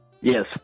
Yes